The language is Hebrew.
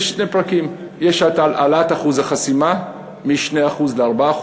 יש שני פרקים: יש את העלאת אחוז החסימה מ-2% ל-4%.